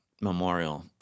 memorial